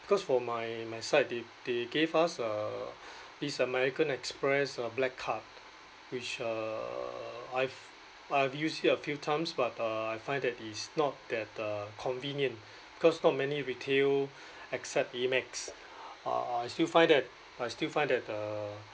because for my my side they they gave us uh this american express uh black card which uh I've I've used it a few times but uh I find that is not that uh convenient because not many retail accept AMEX uh I still find that I still find that the